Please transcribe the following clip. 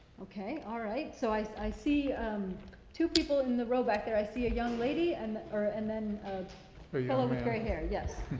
okay. all right. so i, i see two people in the road back there. i see a young lady and, or, and then a yeah fellow with gray hair. yes.